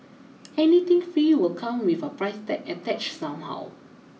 anything free will come with a price tag attached somehow